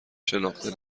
شناخته